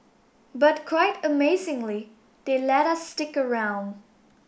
but quite amazingly they let us stick around